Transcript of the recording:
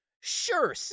Sure